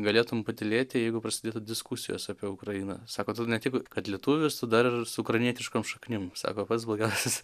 galėtum patylėti jeigu prasidėtų diskusijos apie ukrainą sako tu ne tik kad lietuvis tu dar ir su ukrainietiškom šaknim sako pats blogiausias